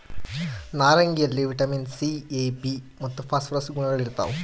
ನಾರಂಗಿಯಲ್ಲಿ vitamin C A B ಮತ್ತು phosphorus ಗುಣಗಳಿರ್ತಾವ